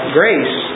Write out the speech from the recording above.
grace